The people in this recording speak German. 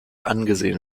angesehen